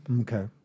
Okay